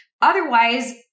Otherwise